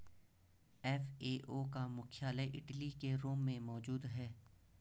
FAO का मुख्यालय Italy के रोम में मौजूद है